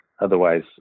Otherwise